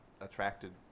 attracted